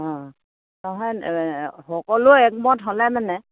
অঁ নহয় সকলো একমত হ'লে মানে